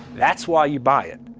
that's why you buy it.